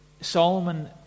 Solomon